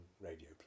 radio